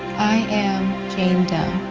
i am jane doe.